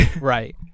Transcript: Right